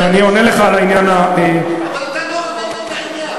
אני עונה לך על העניין, אבל אתה לא עונה לעניין.